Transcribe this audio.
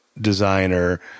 designer